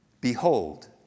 Behold